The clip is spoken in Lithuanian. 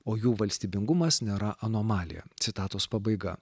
o jų valstybingumas nėra anomalija citatos pabaiga